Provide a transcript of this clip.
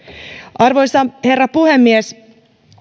arvoisa herra puhemies